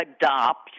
adopt